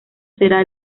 será